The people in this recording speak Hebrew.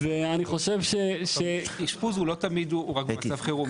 אז אני חושב --- אשפוז הוא לא תמיד רק מצב חירום,